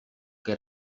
que